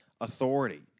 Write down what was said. authority